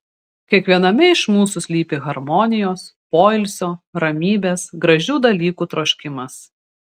kiekviename iš mūsų slypi harmonijos poilsio ramybės gražių dalykų troškimas